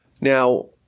Now